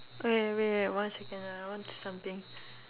okay wait wait one second ah I want do something